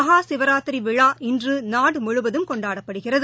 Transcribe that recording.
மகாசிவராத்திரிவிழா இன்றுநாடுமுழுவதும் கொண்டாடப்படுகிறது